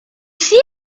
sea